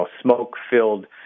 smoke-filled